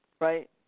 right